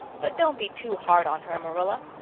but don't be too hard on her, marilla.